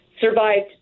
survived